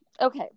okay